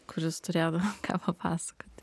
kuris turėtų ką papasakoti